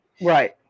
Right